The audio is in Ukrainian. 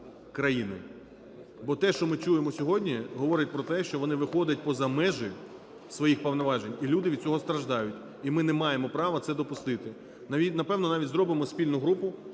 країни, бо те, що ми чуємо сьогодні, говорить про те, що вони виходять поза межі своїх повноважень, і люди від цього страждають, і ми не маємо права це допустити. Напевно, навіть зробимо спільну групу: